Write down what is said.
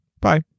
Bye